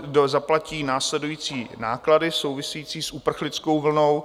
Kdo zaplatí následující náklady související s uprchlickou vlnou?